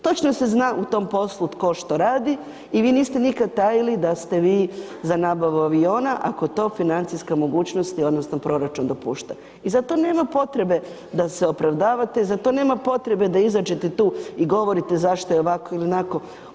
Točno se zna u tom poslu tko što radi i vi niste nikad tajili da ste vi za nabavu aviona ako to financijska mogućnosti odnosno proračun dopušta i zato nema potrebe da se opravdate, zato nema potrebe da izađete tu i govorite zašto je ovako ili onako.